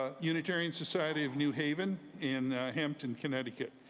ah unitarian society of new haven in hampton, connecticut.